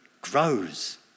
grows